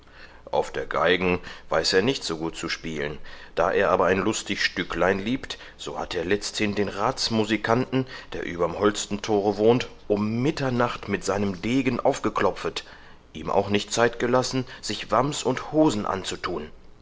auf der geigen weiß er nicht so gut zu spielen da er aber ein lustig stücklein liebt so hat er letzthin den rathsmusikanten der überm holstenthore wohnt um mitternacht mit seinem degen aufgeklopfet ihm auch nicht zeit gelassen sich wams und hosen anzuthun